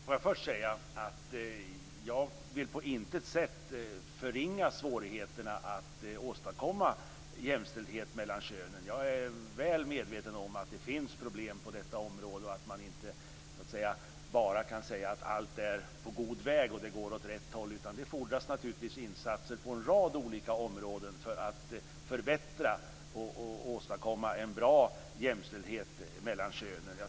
Fru talman! Jag vill på intet sätt förringa svårigheterna att åstadkomma jämställdhet mellan könen. Jag är väl medveten om att det finns problem på detta område och att man inte bara kan säga att arbetet är på god väg och att det går åt rätt håll. Det fordras insatser på en rad olika områden för att åstadkomma en bra jämställdhet mellan könen.